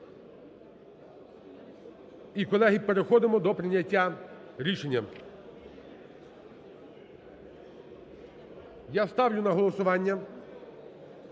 І, колеги, переходимо до прийняття рішення. Я ставлю на голосування